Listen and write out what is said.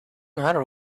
matter